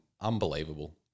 Unbelievable